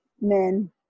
men